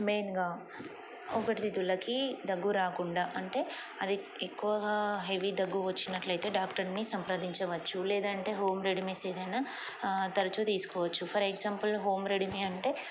మెయిన్గా ఊపిరితిత్తులకి దగ్గు రాకుండా అంటే అది ఎక్కువగా హెవీ దగ్గు వచ్చినట్లయితే డాక్టర్ని సంప్రదించవచ్చు లేదంటే హోమ్ రెడమీస్ ఏదైనా తరచు తీసుకోవచ్చు ఫర్ ఎగ్జాంపుల్ హోమ్ రెడిమీ అంటే